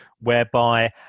whereby